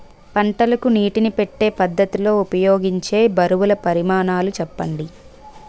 పంటలకు నీటినీ పెట్టే పద్ధతి లో ఉపయోగించే బరువుల పరిమాణాలు చెప్పండి?